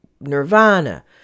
nirvana